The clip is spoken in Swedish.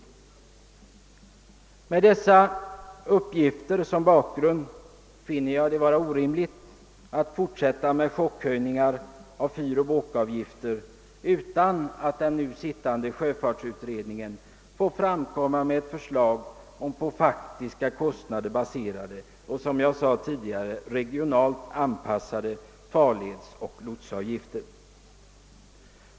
Med dessa uppgifter som bakgrund finner jag det vara orimligt att fortsätta med chockhöjningar av fyroch båkavgifter utan att den nu sittande sjöfartsutredningen får framkomma med förslag om på faktiska kostnader baserade och, som jag sade tidigare, regionalt avpassade farledsoch lotsavgifter.